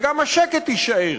ושגם השקט יישאר,